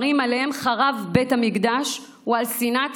שעליהם חרב בית המקדש הוא שנאת חינם.